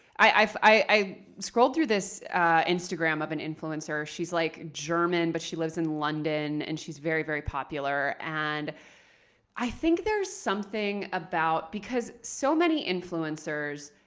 i scrolled through this instagram of an influencer. she's like german but she lives in london, and she's very, very popular. and i think there's something about because so many influencers,